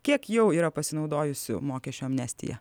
kiek jau yra pasinaudojusių mokesčių amnestija